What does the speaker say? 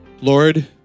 Lord